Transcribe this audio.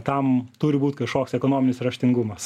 tam turi būt kažkoks ekonominis raštingumas